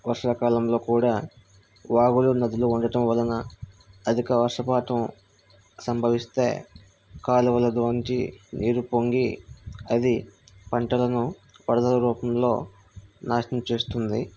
వర్షాకాలంలో కూడా వాగులు నదులు ఉండటం వలన అధిక వర్షపాతం సంభవిస్తే కాలువలలోంచి నీరు పొంగి అది పంటలను వరదల రూపంలో నాశనం చేస్తుంది